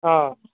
ആ